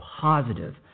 positive